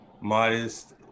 modest